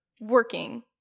working